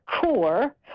core